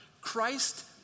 Christ